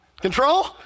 Control